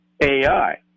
AI